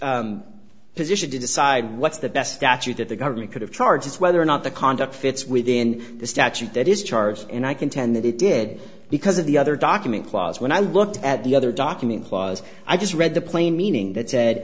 court's position to decide what's the best statute that the government could have charges whether or not the conduct fits within the statute that is charged and i contend that it did because of the other document clause when i looked at the other document was i just read the plain meaning th